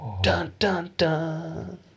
Dun-dun-dun